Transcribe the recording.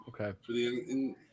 Okay